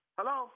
Hello